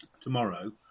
tomorrow